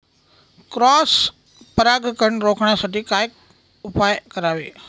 Cross परागकण रोखण्यासाठी काय उपाय करावे?